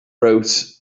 wrote